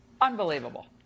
Unbelievable